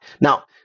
Now